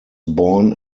born